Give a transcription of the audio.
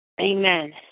Amen